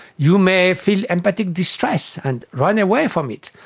you may feel empathetic distress and run away from it.